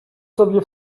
sobie